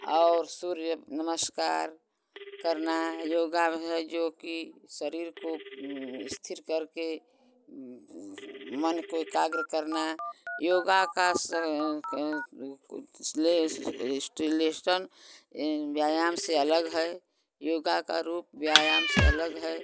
और सूर्य नमस्कार करना योगा में है जो कि शरीर को स्थिर करके मन को एकाग्र करना योग का कुछ इस्ले इस्टीलेसन व्यायाम से अलग है योग का रूप व्यायाम से अलग है